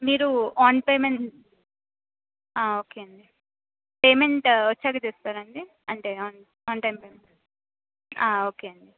మీరు on payment okay అండి payment వచ్చాక చేస్తారండి అంటే on on time payment okay అండి